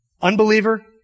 Unbeliever